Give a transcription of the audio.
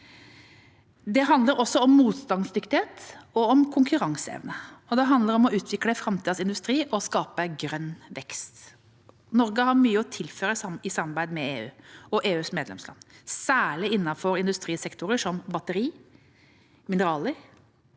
Det handler også om motstandsdyktighet og konkurranseevne, og det handler om å utvikle framtidas industri og skape grønn vekst. Norge har mye å tilføre i samarbeidet med EU og EUs medlemsland, særlig innen industrisektorer som batterier, mineraler,